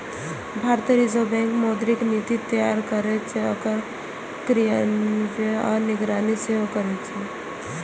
भारतीय reserve bank मौद्रिक नीति तैयार करै छै, ओकर क्रियान्वयन आ निगरानी सेहो करै छै